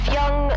young